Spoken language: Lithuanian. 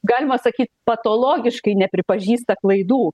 galima sakyti patologiškai nepripažįsta klaidų